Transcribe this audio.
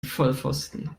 vollpfosten